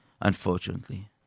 Unfortunately